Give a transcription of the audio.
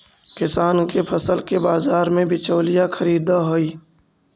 किसान के फसल के बाजार में बिचौलिया खरीदऽ हइ